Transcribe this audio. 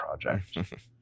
project